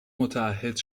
متعهد